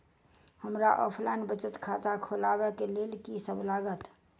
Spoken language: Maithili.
हमरा ऑफलाइन बचत खाता खोलाबै केँ लेल की सब लागत?